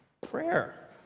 Prayer